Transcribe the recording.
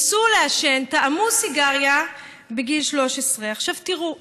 ניסו לעשן, טעמו סיגריה בגיל 13. תראו,